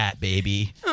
baby